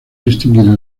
distinguido